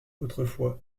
autrefois